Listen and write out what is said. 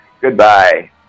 Goodbye